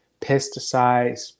pesticides